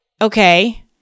okay